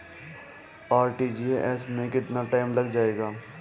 RTGS में कितना time लग जाएगा?